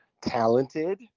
talented